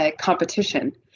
competition